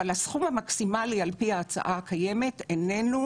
אבל הסכום המקסימלי על פי ההצעה הקיימת איננו